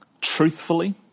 truthfully